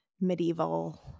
medieval